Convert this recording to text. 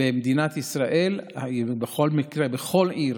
במדינת ישראל, ובכל מקרה, שבכל עיר